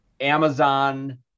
Amazon